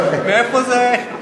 מאיפה זה?